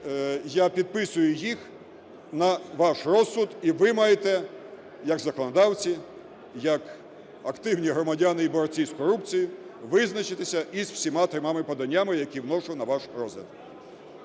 я підписую їх на ваш розсуд, і ви маєте як законодавці, як активні громадяни і борці з корупцією визначитись із всіма трьома поданнями, які вношу на ваш розгляд.